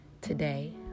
Today